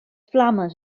flames